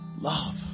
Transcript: love